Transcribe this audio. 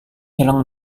hilang